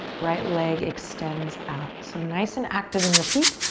right leg extends out. so nice and active in the feet.